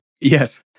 Yes